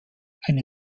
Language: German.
eine